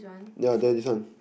yea there this one